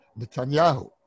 Netanyahu